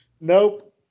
Nope